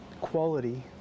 quality